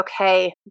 okay